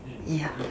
ya